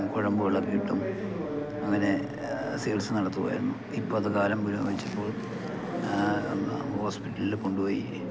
കുഴമ്പുകളൊക്കെ ഇട്ടും അങ്ങനെ ചികിത്സ നടത്തുകയായിരുന്നു ഇപ്പോഴത്തെ കാലം പുരോഗമിച്ചപ്പോൾ ഹോസ്പിറ്റലിൽ കൊണ്ടുപോയി